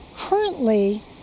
Currently